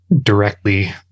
directly